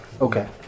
Okay